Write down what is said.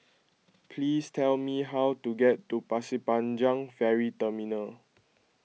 please tell me how to get to Pasir Panjang Ferry Terminal